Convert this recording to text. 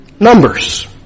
Numbers